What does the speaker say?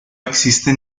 existe